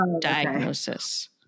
diagnosis